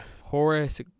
Horace